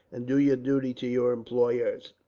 and do your duty to your employers.